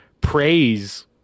praise